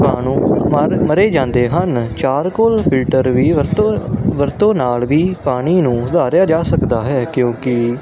ਰੋਗਾਣੂ ਮਰ ਮਰੇ ਜਾਂਦੇ ਹਨ ਚਾਰਕੋਲ ਫਿਲਟਰ ਵੀ ਵਰਤੋਂ ਵਰਤੋਂ ਨਾਲ ਵੀ ਪਾਣੀ ਨੂੰ ਸੁਧਾਰਿਆ ਜਾ ਸਕਦਾ ਹੈ ਕਿਉਂਕਿ